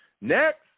Next